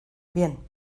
bien